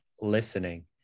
listening